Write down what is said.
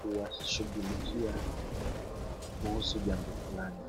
kuwashughulikia kuhusu jambo fulani.